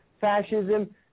fascism